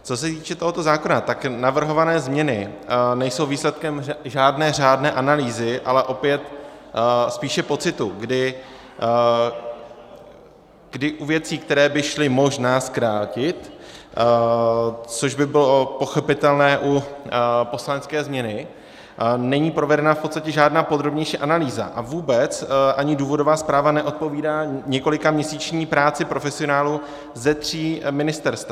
Co se týče tohoto zákona, tak navrhované změny nejsou výsledkem žádné řádné analýzy, ale opět spíše pocitu, kdy u věcí, které by šly možná zkrátit, což by bylo pochopitelné u poslanecké změny, není provedena v podstatě žádná podrobnější analýza a vůbec ani důvodová zpráva neodpovídá několikaměsíční práci profesionálů ze tří ministerstev.